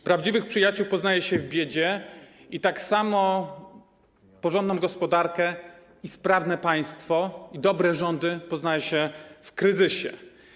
prawdziwych przyjaciół poznaje się w biedzie i tak samo porządną gospodarkę i sprawne państwo, i dobre rządy poznaje się w kryzysie.